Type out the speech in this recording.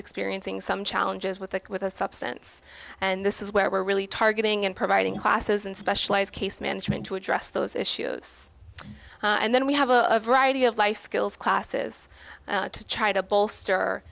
experiencing some challenges with that with a substance and this is where we're really targeting and providing classes and specialized case management to address those issues and then we have a variety of life skills classes to try to